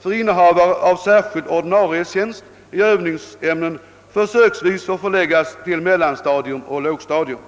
för innehavare av särskild ordinarie tjänst i övningsämne försöksvis får förläggas till mellanstadium och lågstadium.